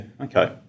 okay